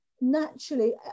naturally